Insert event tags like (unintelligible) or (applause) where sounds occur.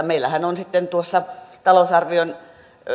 (unintelligible) meillähän on sitten talousarvion